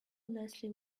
leslie